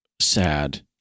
sad